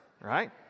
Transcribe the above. right